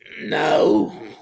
No